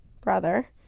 brother